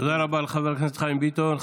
תודה רבה לחבר הכנסת חיים ביטון.